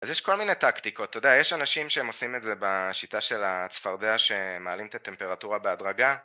אז יש כל מיני טקטיקות, יש אנשים שעושים את זה בשיטה של הצפרדע שמעלים את הטמפרטורה בהדרגה